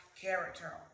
character